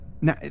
Now